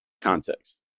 context